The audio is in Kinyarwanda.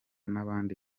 nabi